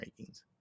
rankings